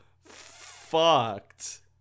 fucked